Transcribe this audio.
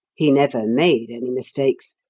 he never made any mistakes.